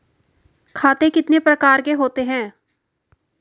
खाते कितने प्रकार के होते हैं?